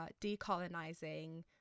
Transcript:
decolonizing